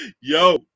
yo